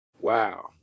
wow